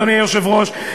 אדוני היושב-ראש,